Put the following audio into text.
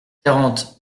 quarante